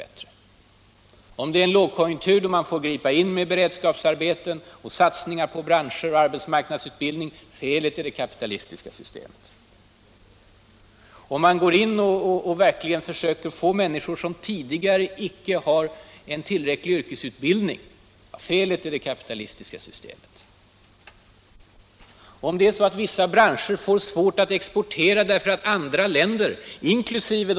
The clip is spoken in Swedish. — Eller i en lågkonjunktur, då man får gripa in med beredskapsarbeten och satsningar på vissa branscher och arbetsmarknadsutbildning — felet är det kapitalistiska systemets. Om man verkligen försöker få människor som tidigare icke har en tillräcklig yrkesutbildning att skaffa sådan — felet är det kapitalistiska systemets. Om vissa branscher får svårt att exportera därför att andra länder, inkl.